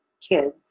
kids